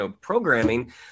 programming